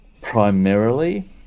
primarily